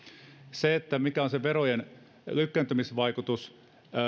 mikä on se verotuksen lykkääntymisvaikutus